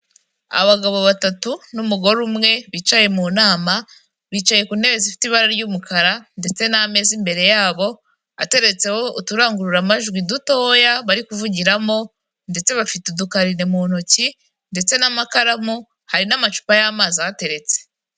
Abagabo batatu n'umugore umwe bicaye mu nama, bicaye ku ntebe zifite ibara ry'umukara, ndetse n'ameza imbere yabo, ateretseho uturangururamajwi dutoya bari kuvugiramo, ndetse bafite udukarine mu ntoki ndetse n'amakaramu, hari n'amacupa y'amazi ahateretse.